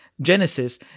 Genesis